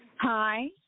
Hi